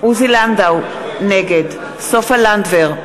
נגד סופה לנדבר,